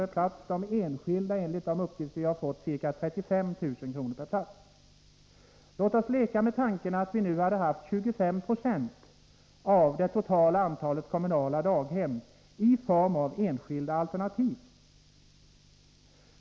per plats, de enskilda enligt de uppgifter jag har fått ca 35 000 kr per plats. Låt oss leka med tanken att vi hade haft 25 96 av det totala antalet kommunala daghem i form av enskilda alternativ.